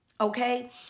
okay